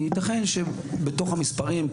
יתכן שבתוך המספרים,